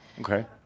Okay